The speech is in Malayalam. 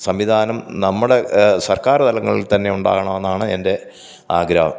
സംവിധാനം നമ്മുടെ സർക്കാർ തലങ്ങളിൽ തന്നെ ഉണ്ടാകണമെന്നാണ് എൻ്റെ ആഗ്രഹം